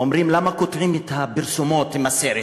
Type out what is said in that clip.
להגיד ולצעוק את הכול, בסדר?